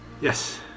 yes